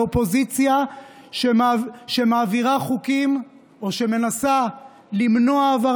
אופוזיציה שמעדיפה פעם אחר